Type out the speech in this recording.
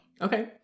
Okay